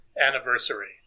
anniversary